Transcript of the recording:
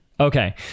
Okay